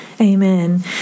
Amen